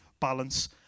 balance